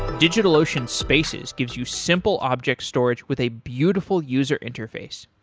digitalocean spaces gives you simple object storage with a beautiful user interface.